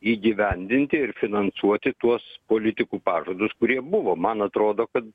įgyvendinti ir finansuoti tuos politikų pažadus kurie buvo man atrodo kad